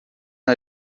non